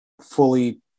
fully